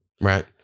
Right